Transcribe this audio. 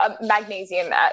Magnesium